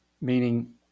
meaning